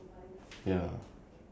no they say continue